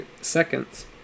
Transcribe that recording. seconds